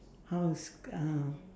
how to sc~ uh